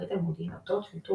האחראית על מודיעין אותות – ניטור